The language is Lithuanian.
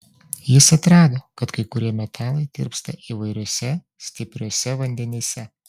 jis atrado kad kai kurie metalai tirpsta įvairiuose stipriuose vandenyse